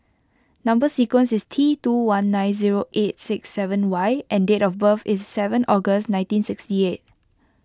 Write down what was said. Number Sequence is T two one nine zero eight six seven Y and date of birth is seven August nineteen sixty eight